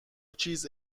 چیز